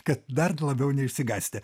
kad dar labiau neišsigąsti